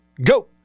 Go